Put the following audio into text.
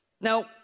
Now